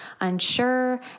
unsure